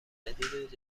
جدید